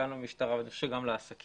גם למשטרה ואני חושב שגם לעסקים.